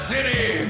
City